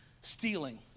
stealing